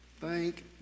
thank